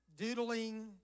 doodling